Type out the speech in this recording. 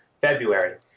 February